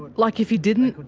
but like if he didn't,